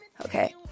okay